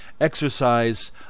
exercise